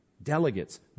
Delegates